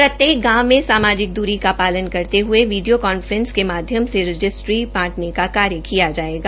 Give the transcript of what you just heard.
प्रत्येक गांव में सामाजिक दूरी का पालन करते हुए वीडियो कॉन्फ्रेंसिंग के माध्मय से रजिस्ट्री बांटने का कार्य किया जायेगा